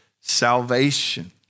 salvation